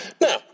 Now